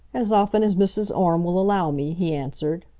as often as mrs. orme will allow me, he answered.